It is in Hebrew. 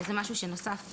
שזה משהו שנוסף,